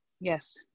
Yes